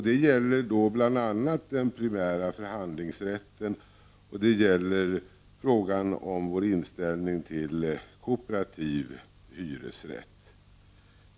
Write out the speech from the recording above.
Det gäller bl.a. den primära förhandlingsrätten, och det gäller frågan om vår inställning till kooperativ hyresrätt.